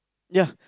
ya